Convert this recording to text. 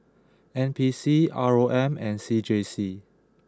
N P C R O M and C J C